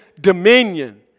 dominion